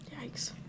Yikes